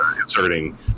inserting